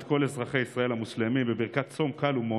את כל אזרחי ישראל המוסלמים בברכת צום קל ומועיל.